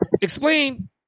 explain